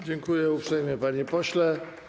Dziękuję uprzejmie, panie pośle.